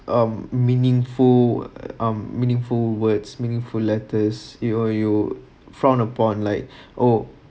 um meaningful um meaningful words meaningful letters you know you frown on like oh